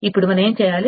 ఇప్పుడు మనం ఏమి చేయాలి